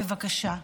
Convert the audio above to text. בבקשה.